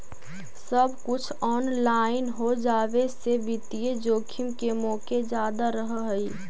सब कुछ ऑनलाइन हो जावे से वित्तीय जोखिम के मोके जादा रहअ हई